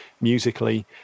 musically